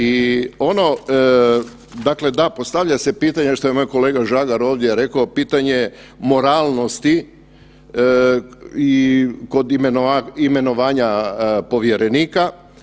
I ono, dakle da, postavlja se pitanje što je i moj kolega Žagar ovdje reko, pitanje moralnosti i kod imenovanja povjerenika.